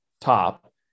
top